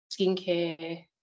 skincare